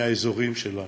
מהאזורים שלנו.